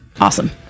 Awesome